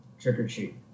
trick-or-treat